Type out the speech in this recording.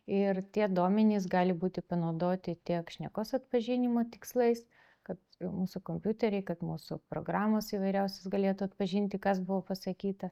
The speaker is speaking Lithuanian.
ir tie duomenys gali būti panaudoti tiek šnekos atpažinimo tikslais kad mūsų kompiuteriai kad mūsų programos įvairiausios galėtų atpažinti kas buvo pasakyta